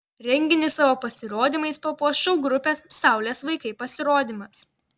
renginį savo pasirodymais papuoš šou grupės saulės vaikai pasirodymas